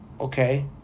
okay